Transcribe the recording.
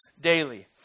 daily